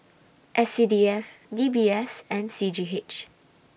S C D F D B S and C G H